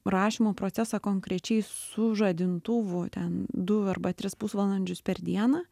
rašymo procesą konkrečiai su žadintuvu ten du arba tris pusvalandžius per dieną